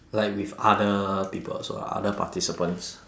like with other people also ah other participants